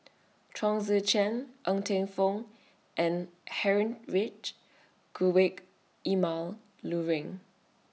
Chong Tze Chien Ng Teng Fong and Heinrich Emil Luering